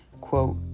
quote